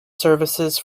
services